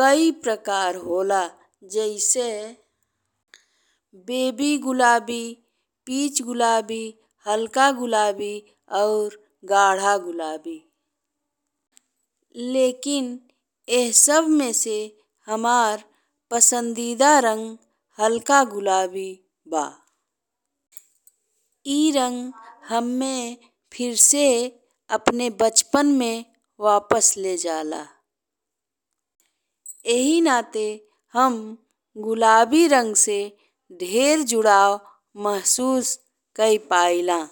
कई प्रकार होला जैसे बेबी गुलाबी, पीच गुलाबी, हल्का गुलाबी और गाढ़ा गुलाबी लेकिन एह सब में से हमार पसंदीदा रंग हल्का गुलाबी बा। ए रंग हम्मे फिरसे अपने बचपन में वापस ले जाला। एही नाते हम गुलाबी रंग से ढेर जुड़ाव महसुस कइ पइला।